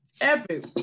Epic